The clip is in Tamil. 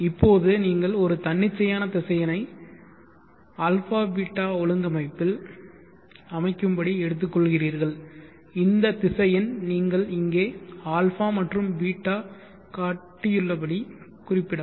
இப்போது நீங்கள் ஒரு தன்னிச்சையான திசையனை α β ஒழுங்கமைப்பில் அமைக்கும்படி எடுத்துக்கொள்கிறீர்கள் இந்த திசையன் நீங்கள் இங்கே α மற்றும் β காட்டப்பட்டுள்ளபடி குறிப்பிடவும்